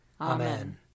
Amen